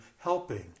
helping